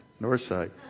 Northside